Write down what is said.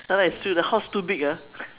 ya lah it's true the house too big ah